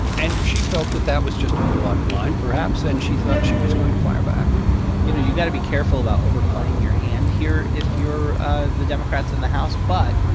and she felt that that was just a little out of line, perhaps, and she thought she was going to fire back you know, you've got to be careful about overplaying your hand here if you're ah the democrats in the house. but,